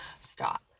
stop